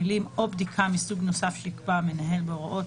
המילים "או בדיקה מסוג נוסף שיקבע המנהל בהוראות